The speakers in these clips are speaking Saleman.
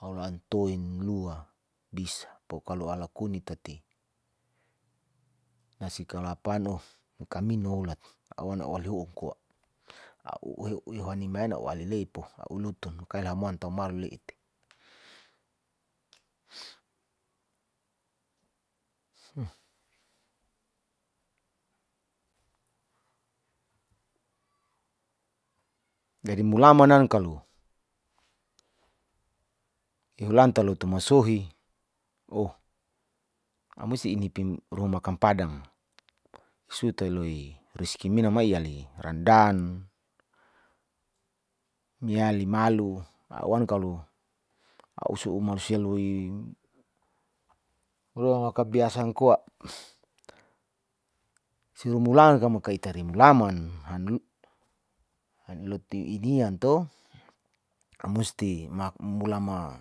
Haula antoin lua bisa pokalo ala kuni tati nasi kapan oh kamini holat awan a'u hali hokoa a'u huehui hani mayana ao alilepo a'u lutun kali amhuan tau malu leite jadi mulama nan kalo ihulan talotu masohi oh amusi inpim ruma makan padang sutaloi riski mina mai ali randan miali malu a'u wan kalo a'u su'u malusia loi bisang koa, siru mulang makaita re mulaman hanloti inian to amusti mulama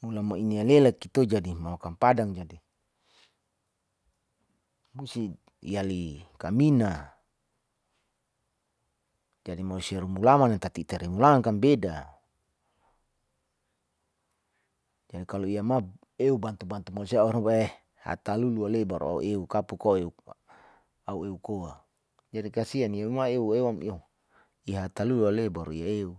mulama inia lelaki to jadi mamakan padang jadi musi iali kamina jadi marusia rumulaman tati ita remulaman kan beda, jadi ia mau eu bantu bantu mausia ahura weh hatalulu ale baru au kapo koi au euw koajadi kasian wemain eu ewam ihata lulu lulu ale baru ia eu,